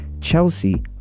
Chelsea